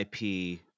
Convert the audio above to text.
IP